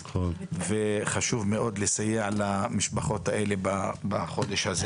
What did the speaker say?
וחשוב מאוד לסייע למשפחות האלה בחודש הזה.